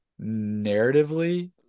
narratively